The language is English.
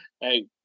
hey